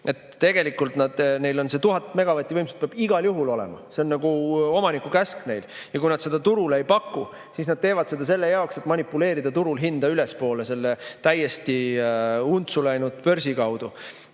Tegelikult neil see 1000 megavatti võimsust peab igal juhul olema, see on nagu omaniku käsk neile. Ja kui nad seda turule ei paku, siis nad teevad seda selle jaoks, et manipuleerida turul hinda ülespoole selle täiesti untsu läinud börsi kaudu.